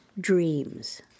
dreams